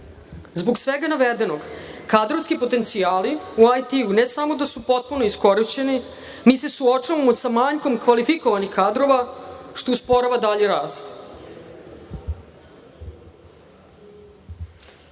svega navedenog, kadrovski potencijali u IT ne samo da su potpuno iskorišćeni, mi se suočavamo sa manjkom kvalifikovanih kadrova, što usporava dalji